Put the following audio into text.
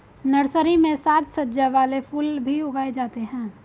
nursery में साज सज्जा वाले फूल भी उगाए जाते हैं